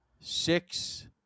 six